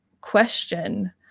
question